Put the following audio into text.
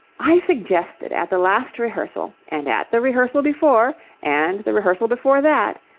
i suggested at the last rehearsal and at the rehearsal before and the rehearsal before that,